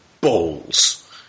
balls